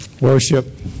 Worship